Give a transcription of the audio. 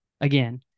again